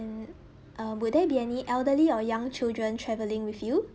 mm uh would there be any elderly or young children traveling with you